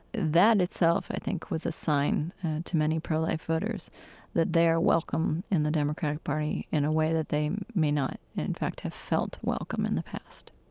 that, itself, i think was a sign to many pro-life voters that they are welcome in the democratic party in a way that they may not, in fact, have felt welcome in the past